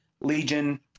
Legion